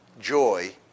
Joy